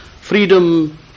freedom